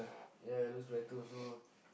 yeah it looks better also